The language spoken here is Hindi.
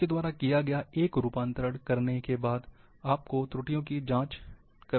आपके द्वारा किया गया एक बार रूपांतरण करने के बाद आपको त्रुटियों को जांचना चाहिए